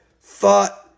thought